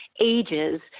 ages